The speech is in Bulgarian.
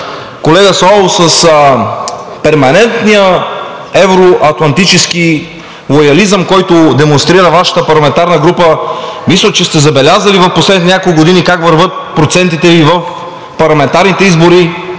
колега Славов – с перманентния евро-атлантически лоялизъм, който демонстрира Вашата парламентарна група, мисля, че сте забелязали в последните няколко години как вървят процентите Ви в парламентарните избори